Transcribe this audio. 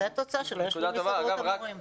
זו התוצאה שלא ישבו עם הסתדרות המורים.